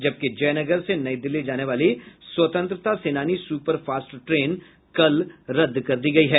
जबकि जयनगर से नई दिल्ली जाने वाली स्वतंत्रता सेनानी सुपर फास्ट ट्रेन कल रद्द कर दी गयी है